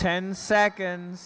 ten seconds